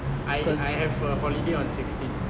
I I have a holiday on sixteen